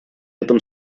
этом